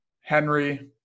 Henry